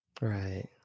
Right